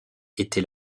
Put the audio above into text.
était